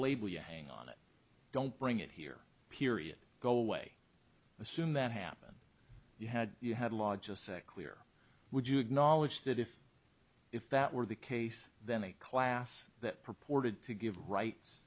label you hang on it don't bring it here period go away assume that happened you had you had law just say clear would you acknowledge that if if that were the case then a class that purported to give rights